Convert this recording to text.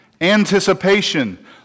Anticipation